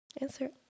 Answer